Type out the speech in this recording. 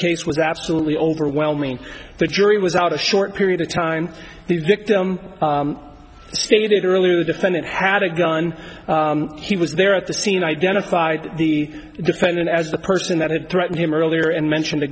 case was absolutely overwhelming the jury was out a short period of time the victim stated earlier the defendant had a gun he was there at the scene identified the defendant as the person that had threatened him earlier and mention the